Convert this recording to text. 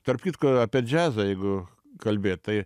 tarp kitko apie džiazą jeigu kalbėt tai